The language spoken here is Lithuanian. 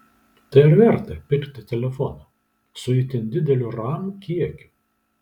tai ar verta pirkti telefoną su itin dideliu ram kiekiu